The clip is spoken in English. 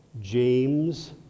James